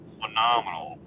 phenomenal